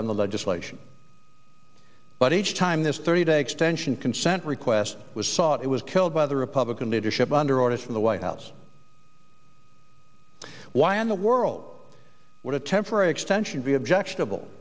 on the legislation but each time this thirty day extension consent request was sought it was killed by the republican leadership under orders from the white house why in the world would a temporary extension be objectionable